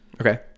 okay